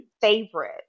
favorite